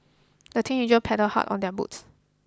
the teenagers paddled hard on their boat